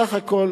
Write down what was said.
בסך הכול